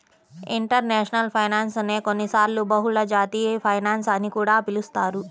international finance నే కొన్నిసార్లు బహుళజాతి ఫైనాన్స్ అని కూడా పిలుస్తారు